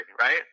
right